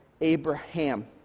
Abraham